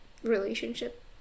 Relationship